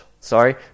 sorry